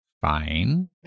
Fine